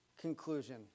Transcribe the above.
conclusion